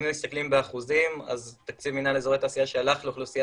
אם מסתכלים באחוזים אז תקציב מינהל אזורי תעשייה שהלך לאוכלוסייה